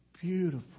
beautiful